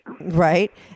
right